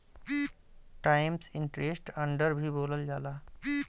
times interest earned भी बोलल जाला